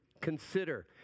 consider